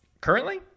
Currently